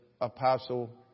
apostle